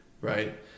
right